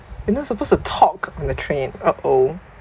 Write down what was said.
you're not supposed to talk in the train oh oh